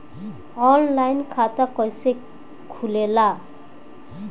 Online खाता कइसे खुलेला?